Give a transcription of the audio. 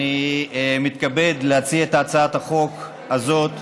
אני מתכבד להציע את הצעת החוק הזאת,